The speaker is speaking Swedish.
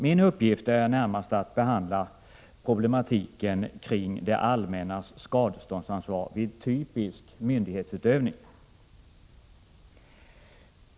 Min uppgift är närmast att behandla problematiken kring det allmännas skadeståndsansvar vid typisk myndighetsutövning.